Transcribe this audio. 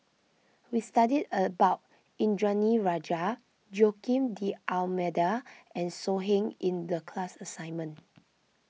we studied about Indranee Rajah Joaquim D'Almeida and So Heng in the class assignment